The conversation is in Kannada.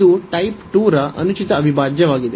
ಇದು ಟೈಪ್ 2 ರ ಅನುಚಿತ ಅವಿಭಾಜ್ಯವಾಗಿದೆ